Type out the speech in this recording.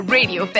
Radio